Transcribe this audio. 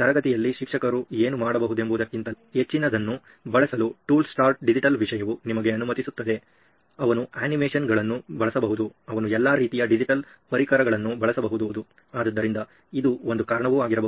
ತರಗತಿಯಲ್ಲಿ ಶಿಕ್ಷಕರು ಏನು ಮಾಡಬಹುದೆಂಬುದಕ್ಕಿಂತ ಹೆಚ್ಚಿನದನ್ನು ಬಳಸಲು ಟೂಲ್ಸ್ಟಾಟ್ ಡಿಜಿಟಲ್ ವಿಷಯವು ನಿಮಗೆ ಅನುಮತಿಸುತ್ತದೆ ಅವನು ಅನಿಮೇಷನ್ಗಳನ್ನು ಬಳಸಬಹುದು ಅವನು ಎಲ್ಲಾ ರೀತಿಯ ಡಿಜಿಟಲ್ ಪರಿಕರಗಳನ್ನು ಬಳಸಬಹುದು ಆದ್ದರಿಂದ ಇದು ಒಂದು ಕಾರಣವೂ ಆಗಿರಬಹುದು